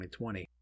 2020